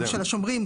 השומרים,